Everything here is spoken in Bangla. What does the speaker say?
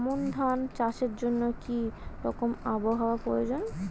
আমন ধান চাষের জন্য কি রকম আবহাওয়া প্রয়োজন?